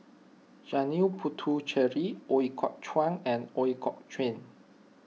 Janil Puthucheary Ooi Kok Chuen and Ooi Kok Chuen